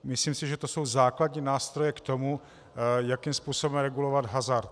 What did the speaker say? Myslím si, že to jsou základní nástroje k tomu, jakým způsobem regulovat hazard.